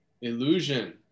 illusion